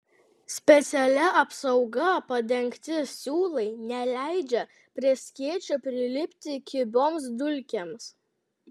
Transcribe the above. specialia apsauga padengti siūlai neleidžia prie skėčio prilipti kibioms dulkėms